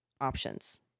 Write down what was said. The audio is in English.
options